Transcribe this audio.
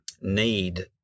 need